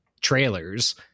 trailers